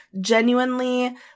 genuinely